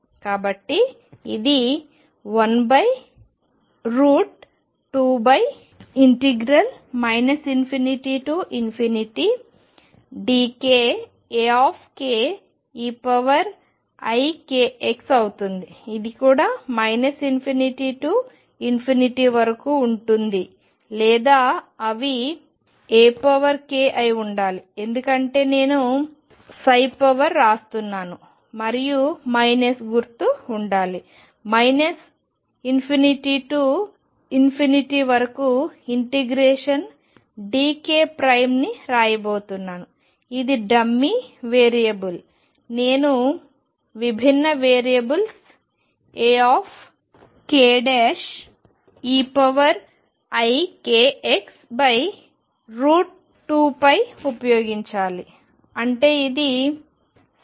కాబట్టి ఇది 12π ∞ dk Akeikx అవుతుంది ఇది కూడా ∞ నుండి వరకు ఉంటుంది లేదా అవి Ak అయి ఉండాలి ఎందుకంటే నేను వ్రాస్తున్నాను మరియు మైనస్ గుర్తు ఉండాలి ∞ నుండి వరకు ఇంటిగ్రేషన్ dk ప్రైమ్ని రాయబోతున్నాను ఇది డమ్మీ వేరియబుల్ నేను విభిన్న వేరియబుల్స్ Akeikx2π ఉపయోగించాలి అంటే ఇదే